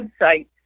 website